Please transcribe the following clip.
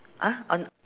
!huh! on